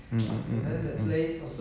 mm mm mm mm mm